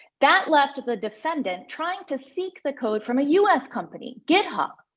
that left the defendant trying to seek the code from a u s. company, github.